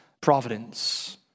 providence